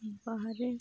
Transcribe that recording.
ᱵᱟᱦᱨᱮ